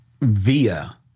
via